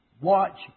watch